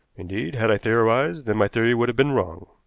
indeed, had i theorized, then my theory would have been wrong.